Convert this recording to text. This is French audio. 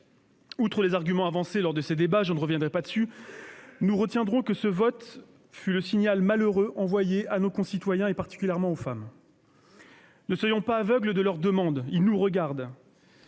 Outre les arguments avancés lors de ces débats, sur lesquels je ne reviendrai pas, nous retiendrons de ce vote le signal malheureux envoyé à nos concitoyens, particulièrement aux femmes. Ne soyons pas sourds à leur demande : ils nous regardent.